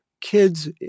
kids